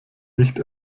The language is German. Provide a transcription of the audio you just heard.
nicht